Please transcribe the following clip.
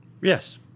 Yes